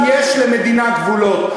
אם יש למדינה גבולות,